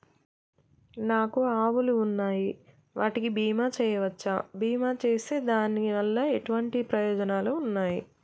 నాకు ఆవులు ఉన్నాయి వాటికి బీమా చెయ్యవచ్చా? బీమా చేస్తే దాని వల్ల ఎటువంటి ప్రయోజనాలు ఉన్నాయి?